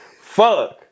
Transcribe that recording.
Fuck